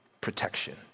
protection